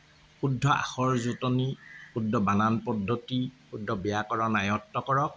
শুদ্ধ আখৰ জোঁটনি শুদ্ধ বানান পদ্ধতি শুদ্ধ ব্যাকৰণ আয়ত্ব কৰক